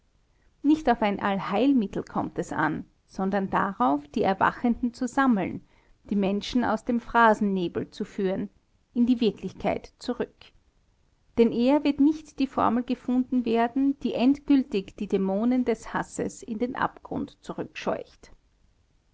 nicht auf ein allheilmittel kommt es an sondern darauf die erwachenden zu sammeln die menschen aus dem phrasennebel zu führen in die wirklichkeit zurück denn eher wird nicht die formel gefunden werden die endgültig die dämonen des hasses in den abgrund